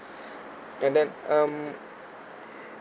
and then um